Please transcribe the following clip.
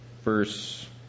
verse